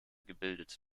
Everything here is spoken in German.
gebildet